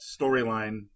storyline